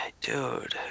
Dude